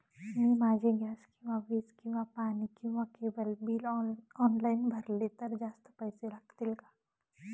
मी माझे गॅस किंवा वीज किंवा पाणी किंवा केबल बिल ऑनलाईन भरले तर जास्त पैसे लागतील का?